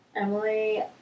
Emily